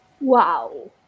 wow